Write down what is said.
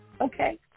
Okay